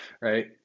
right